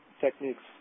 techniques